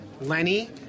Lenny